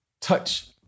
touch